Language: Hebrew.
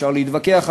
שאפשר להתווכח עליו,